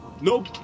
Nope